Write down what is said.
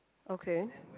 okay